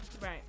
Right